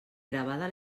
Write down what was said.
gravada